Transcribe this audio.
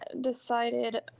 decided